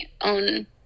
own